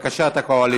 (קוראת בשמות חברי הכנסת) טלב אבו עראר,